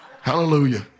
Hallelujah